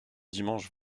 dimanche